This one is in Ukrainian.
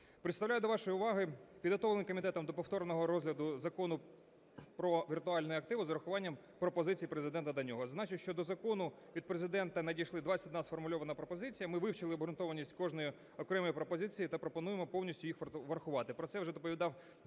Представляю до вашої уваги підготовлений комітетом до повторного розгляду Закон "Про віртуальні активи" з урахуванням пропозицій Президента до нього. Зазначу, що до закону від Президента надійшла 21 сформульована пропозиція. Ми вивчили обґрунтованість кожної окремої пропозиції та пропонуємо повністю їх врахувати.